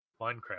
Minecraft